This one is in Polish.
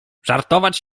żartować